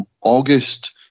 August